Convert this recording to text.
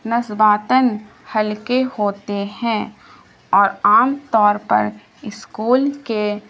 نسباتن ہلکے ہوتے ہیں اور عام طور پر اسکول کے